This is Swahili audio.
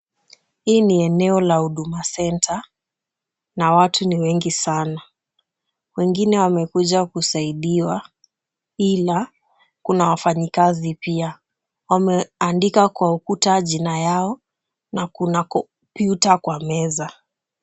Hii ni eneo la Huduma Center na watu ni wengi sana. Wengine wamekuja kusaidiwa ila kuna wafanyikazi pia. Wameandika kwa ukuta jina yao na kuna kompyuta kwa meza.